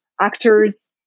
actors